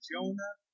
Jonah